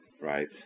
right